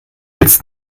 jetzt